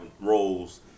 roles